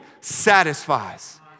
satisfies